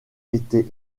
était